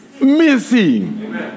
Missing